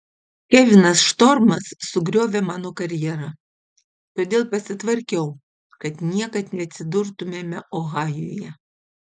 kevinas štormas sugriovė mano karjerą todėl pasitvarkiau kad niekad neatsidurtumėme ohajuje